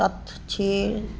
ਸੱਤ ਛੇ